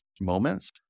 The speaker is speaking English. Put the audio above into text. moments